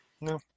No